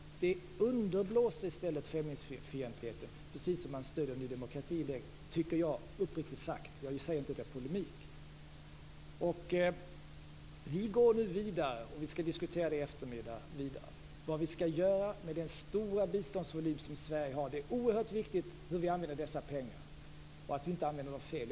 Det underblåser i stället främlingsfientligheten precis som när man stödde Ny demokrati, tycker jag uppriktigt sagt. Jag säger inte detta i polemik. Vi går nu vidare och skall i eftermiddag diskutera vad vi skall göra med den stora biståndsvolym som Sverige har. Det är oerhört viktigt hur vi använder dessa pengar och att vi inte använder dem felaktigt.